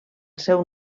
seu